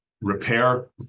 repair